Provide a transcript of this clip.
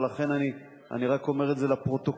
ולכן אני רק אומר את זה לפרוטוקול,